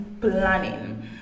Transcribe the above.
planning